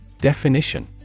Definition